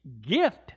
gift